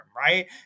right